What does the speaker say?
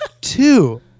two